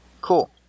Cool